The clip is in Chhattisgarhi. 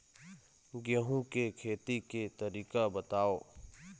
गेहूं के खेती के तरीका बताव?